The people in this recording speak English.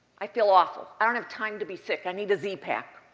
i feel awful. i don't have time to be sick. i need a z-pak.